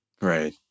Right